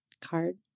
card